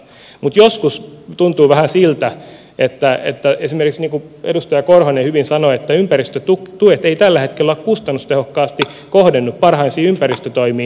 mutta joskus tuntuu vähän siltä niin kuin edustaja korhonen hyvin sanoi että esimerkiksi ympäristötuet eivät tällä hetkellä kustannustehokkaasti kohdennu parhaisiin ympäristötoimiin